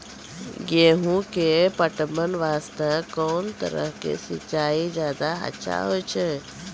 गेहूँ के पटवन वास्ते कोंन तरह के सिंचाई ज्यादा अच्छा होय छै?